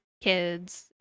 kids